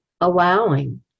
allowing